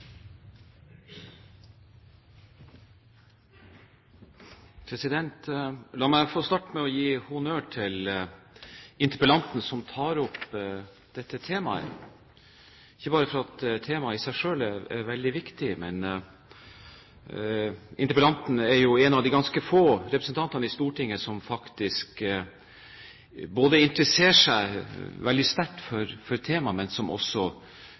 La meg få starte med å gi honnør til interpellanten som tar opp dette temaet, ikke bare fordi temaet i seg selv er veldig viktig, men fordi interpellanten er en av de ganske få representantene i Stortinget som både interesserer seg veldig sterkt for temaet, og som også tar opp spørsmål knyttet til frihandelsforbundet EFTA. EFTA er jo vår europeiske forankring, som